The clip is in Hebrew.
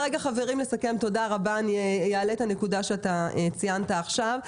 תודה רבה, אני אעלה את הנקודה שאתה ציינת עכשיו.